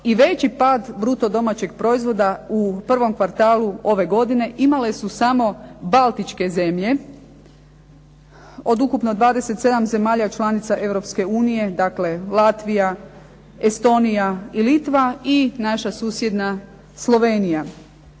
i veći pad bruto domaćeg proizvoda u prvom kvartalu ove godine imale su samo Baltičke zemlje od ukupno 27 zemalja članica Europske unije. Dakle, Latvija, Estonija i Litva i naša susjedna Slovenija.